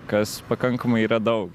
kas pakankamai yra daug